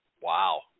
Wow